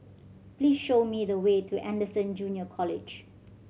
please show me the way to Anderson Junior College